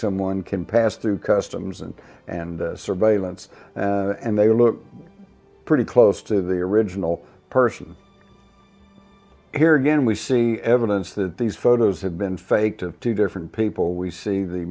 someone can pass through customs and and surveillance and they look pretty close to the original person here again we see evidence that these photos have been faked of two different people we see the